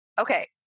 okay